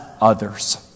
others